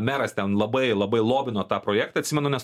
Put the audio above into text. meras ten labai labai lobino tą projektą atsimenu nes